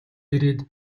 ирээд